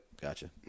gotcha